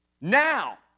Now